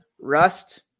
rust